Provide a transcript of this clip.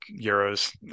euros